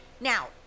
Now